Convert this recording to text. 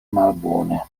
malbone